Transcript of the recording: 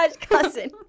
cousin